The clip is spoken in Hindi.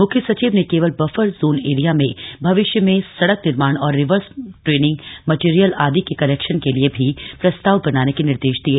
मुख्य सचिव ने केवल बफर जोन एरिया में भविष्य में सड़क निर्माण और रिवर्स ट्रेनिंग मटेरियल आदि के कलेक्शन के लिए भी प्रस्ताव बनाने के निर्देश दिये